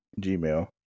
gmail